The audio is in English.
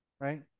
right